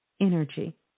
energy